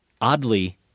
oddly